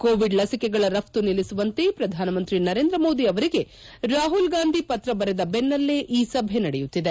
Covid ಲಸಿಕೆಗಳ ರಪ್ತು ನಿಲ್ಲಿಸುವಂತೆ ಪ್ರಧಾನಮಂತ್ರಿ ನರೇಂದ್ರ ಮೋದಿ ಅವರಿಗೆ ರಾಹುಲ್ ಗಾಂಧಿ ಪತ್ರ ಬರೆದ ಬೆನ್ನಲ್ಲೇ ಈ ಸಭೆ ನಡೆಯುತ್ತಿದೆ